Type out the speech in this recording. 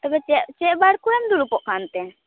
ᱛᱚᱵᱮ ᱪᱮᱫ ᱪᱮᱫᱵᱟᱨ ᱠᱚᱨᱮᱢ ᱫᱩᱲᱩᱵᱚᱜ ᱠᱟᱱᱛᱮ